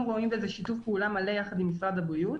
רואים בזה שיתוף פעולה מלא יחד עם משרד הבריאות.